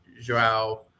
Joao